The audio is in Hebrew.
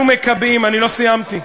אני עוד לא סיימתי.